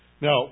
Now